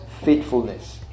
faithfulness